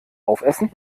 aufessen